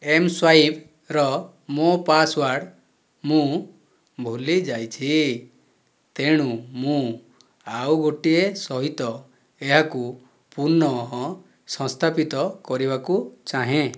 ଏମସ୍ୱାଇପ୍ର ମୋ' ପାସୱାର୍ଡ଼ ମୁଁ ଭୁଲି ଯାଇଛି ତେଣୁ ମୁଁ ଆଉ ଗୋଟିଏ ସହିତ ଏହାକୁ ପୁନଃସଂସ୍ଥାପିତ କରିବାକୁ ଚାହେଁ